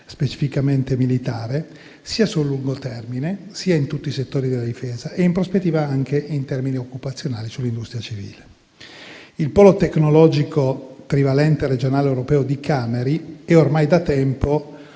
specificamente militare, sia sul lungo termine, sia in tutti i settori della difesa e in prospettiva anche in termini occupazionali sull'industria civile. Il polo tecnologico trivalente regionale europeo di Cameri è ormai da tempo